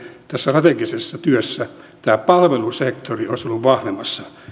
strategisessa työssämme tämä palvelusektori olisi ollut vahvemmassa